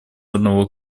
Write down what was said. одного